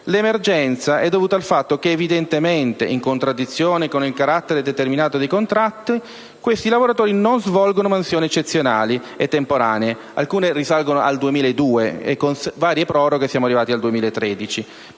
l'emergenza è dovuta al fatto che evidentemente, in contraddizione con il carattere determinato dei contratti, questi lavoratori non svolgono mansioni eccezionali e temporanee (alcune risalgono al 2002 e con varie proroghe siamo arrivati al 2013),